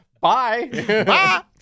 bye